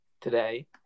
Today